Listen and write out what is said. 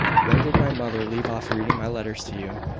when did my mother leave off reading my letters to you?